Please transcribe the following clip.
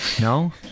No